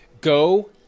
go